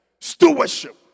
stewardship